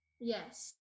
yes